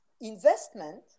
investment